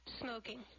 Smoking